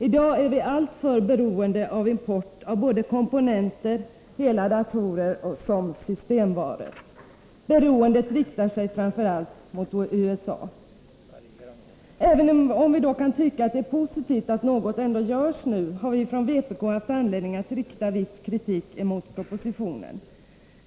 I dag är vi alltför beroende av import av både komponenter, hela datorer och systemvaror. Beroendet riktar sig framför allt mot USA. Även om vi kan tycka att det är positivt att något ändå görs nu, har vi från vpk haft anledning att rikta viss kritik mot propositionen.